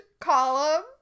column